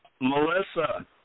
Melissa